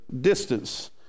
distance